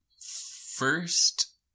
first